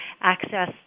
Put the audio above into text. access